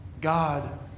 God